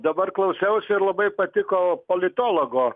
dabar klausiausi ir labai patiko politologo